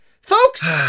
Folks